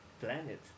planet